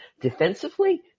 Defensively